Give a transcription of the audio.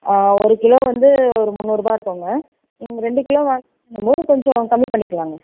ஆ ஒரு கிலோ வந்து ஒரு முந்நூறுபாய் இருக்குதுங்க நீங்கள் ரெண்டு கிலோ வாங்குறீங்கங்கும் போது கொஞ்சம் கம்மி பண்ணிக்கலாங்க